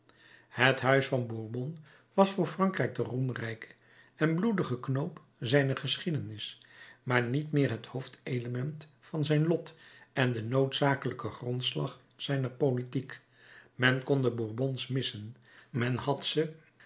het huis van bourbon was voor frankrijk de roemrijke en bloedige knoop zijner geschiedenis maar niet meer het hoofdelement van zijn lot en de noodzakelijke grondslag zijner politiek men kon de bourbons missen men had ze